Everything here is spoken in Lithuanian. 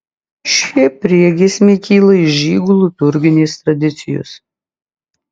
šie priegiesmiai kyla iš žydų liturginės tradicijos